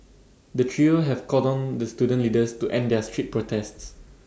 the trio have called on the student leaders to end their street protests